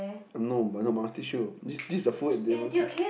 no but no I must teach you this this is a full derivative